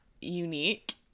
unique